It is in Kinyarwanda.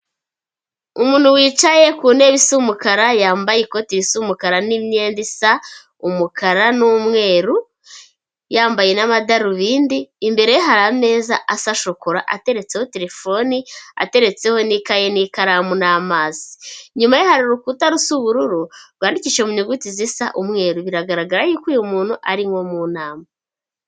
Umuntu wicaye ku ntebe isa umukara, yambaye ikoti isa umukara, n'imyenda isa umukara, n'umweru, yambaye n'amadarubindi. Imbere ye hari ameza asa shokora ateretseho terefone, ateretseho n'ikaye, n' ikaramu, n'amazi. Inyuma ye hari urukuta rusa ubururu rwandikishije mu nyuguti zisa umweru. Biragaragara yuko uyu muntu ari nko mu nama.